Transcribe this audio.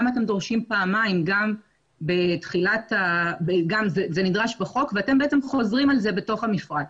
למה אתם דורשים פעמיים כאשר זה נדרש בחוק ואתם חוזרים על זה בתוך המפרט.